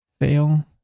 fail